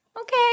okay